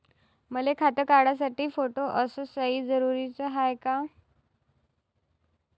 मले खातं काढासाठी फोटो अस सयी जरुरीची हाय का?